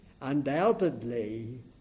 Undoubtedly